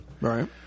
right